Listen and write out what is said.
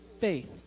faith